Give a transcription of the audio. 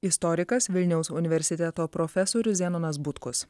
istorikas vilniaus universiteto profesorius zenonas butkus